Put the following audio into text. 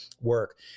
work